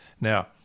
Now